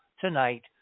tonight